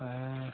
ए